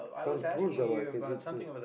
some prunes or what I can see this